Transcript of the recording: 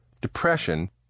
depression